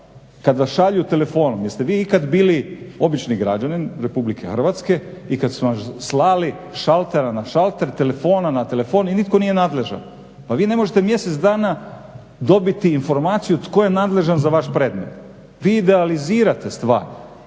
kad vas šalju telefonom. Jeste vi ikad bili obični građanin RH i kad su vas slali sa šaltera na šalter, s telefona na telefon i nitko nije nadležan. Pa vi ne možete mjesec dana dobiti informaciju tko je nadležan za vaš predmet. Vi idealizirate stvar